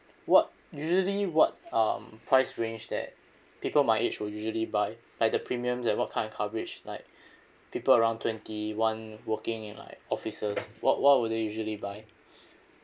what usually what um price range that people my age will usually buy like the premiums like what kind of coverage like people around twenty one working in like offices what what will they usually buy